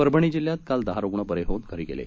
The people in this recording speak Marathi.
परभणी जिल्ह्यात काल दहा रुग्ण बरे होऊन घरी गेले